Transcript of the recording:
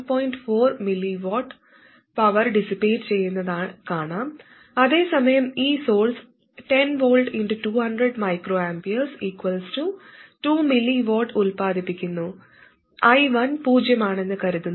4 mW power dissipate ചെയ്യുന്നത് കാണാം അതേസമയം ഈ സോഴ്സ് 10 V 200 µA 2 mW ഉൽപാദിപ്പിക്കുന്നു I1 പൂജ്യമാണെന്ന് കരുതുന്നു